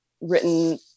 written